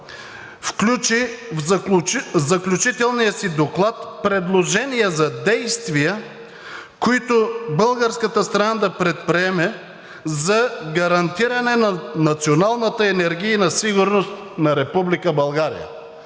включи в заключителния си доклад предложения за действия, които българската страна да предприеме за гарантиране на националната енергийна сигурност на